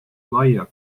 laia